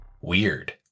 Weird